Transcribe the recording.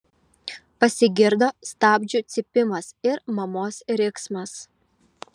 pasigirdo stabdžių cypimas ir mamos riksmas